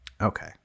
Okay